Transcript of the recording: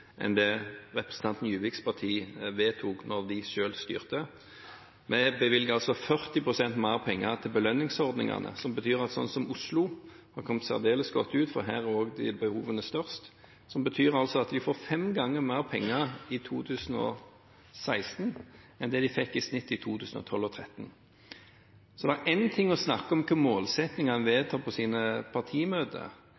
enn det representanten Juviks parti vedtok da de selv styrte. Vi bevilger altså 40 pst. mer penger til belønningsordningene. Det betyr at f.eks. Oslo kom særdeles godt ut, for her er også behovene størst. De får altså fem ganger mer penger i 2016 enn de fikk i snitt i 2012 og 2013. Det er én ting å snakke om hvilke målsettinger en